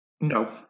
no